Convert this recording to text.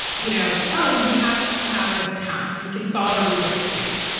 you know, oh, he happens to have this talent. he can solve a rubik's cube.